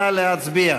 נא להצביע.